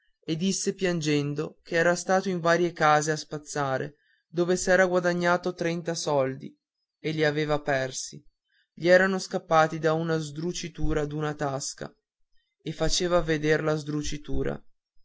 e disse piangendo che era stato in varie case a spazzare dove s'era guadagnato trenta soldi e li aveva persi gli erano scappati per la sdrucitura d'una tasca e faceva veder la